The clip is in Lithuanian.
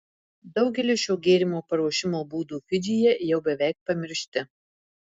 daugelis šio gėrimo paruošimo būdų fidžyje jau beveik pamiršti